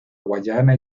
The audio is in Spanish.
guayana